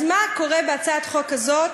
אז מה קורה בהצעת החוק הזאת,